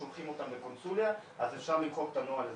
אם אנחנו שולחים אותם לקונסוליה אז אפשר למחוק את הנוהל הזה,